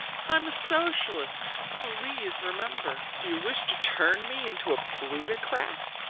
i'm a socialist, please remember do you wish to turn me into a plutocrat?